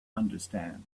understand